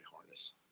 harness